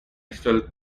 still